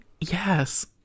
yes